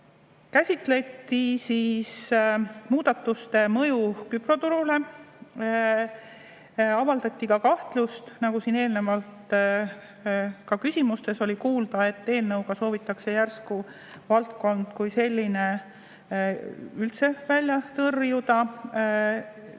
Käsitleti muudatuste mõju krüptoturule. Avaldati kahtlust, nagu siin eelnevatest küsimustest oli ka kuulda, et eelnõuga soovitakse järsku valdkond kui selline üldse välja tõrjuda.